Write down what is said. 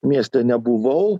mieste nebuvau